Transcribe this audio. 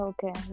Okay